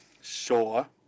Sure